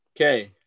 Okay